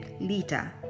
Lita